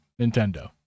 Nintendo